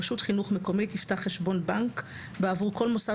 רשות חינוך מקומית תפתח חשבון בנק בעבור כל מוסד